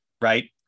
right